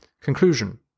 Conclusion